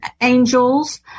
angels